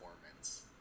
performance